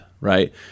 right